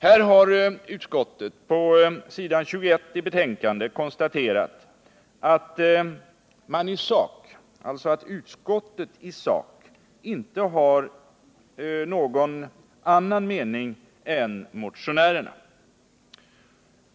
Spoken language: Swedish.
Här har utskottet på s. 21 i betänkandet konstaterat, att utskottet i sak inte har någon annan mening än motionärerna.